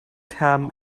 term